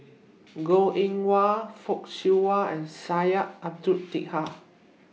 Goh Eng Wah Fock Siew Wah and Syed Abdulrahman Taha